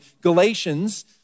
Galatians